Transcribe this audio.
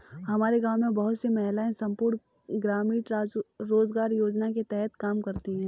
हमारे गांव में बहुत सी महिलाएं संपूर्ण ग्रामीण रोजगार योजना के तहत काम करती हैं